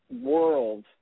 world